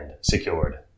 secured